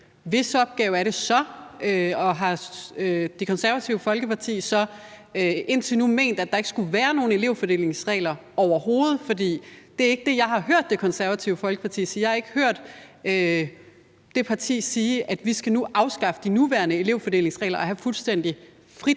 så? Og er det sådan, at Det Konservative Folkeparti indtil nu har ment, at der ikke skulle være nogen elevfordelingsregler overhovedet? Det er ikke det, jeg har hørt Det Konservative Folkeparti sige. Jeg har ikke hørt det parti sige, at vi skal afskaffe de nuværende elevfordelingsregler og have fuldstændig frit